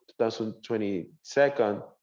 2022